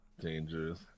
Dangerous